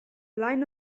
line